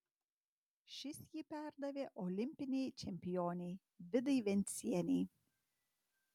šis jį perdavė olimpinei čempionei vidai vencienei